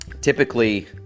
Typically